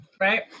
right